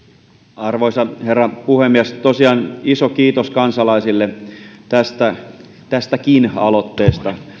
arvoisa herra puhemies tosiaan iso kiitos kansalaisille tästäkin aloitteesta